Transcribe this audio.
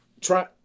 Try